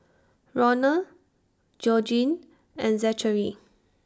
Ronal Georgine and Zachery